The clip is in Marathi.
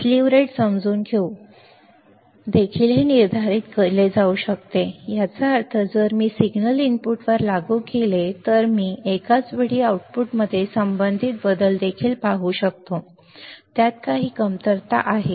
आणि स्लीव रेट समजून घेऊन देखील हे निर्धारित केले जाऊ शकते याचा अर्थ जर मी हे सिग्नल इनपुटवर लागू केले तर मी एकाच वेळी आउटपुटमध्ये संबंधित बदल देखील पाहू शकतो त्यात काही कमतरता आहे